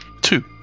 Two